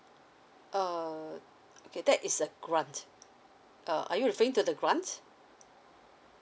uh okay that is a grant uh are you referring to the grant